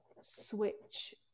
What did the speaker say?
switch